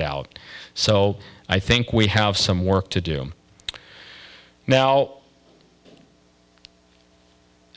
rotted out so i think we have some work to do now